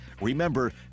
Remember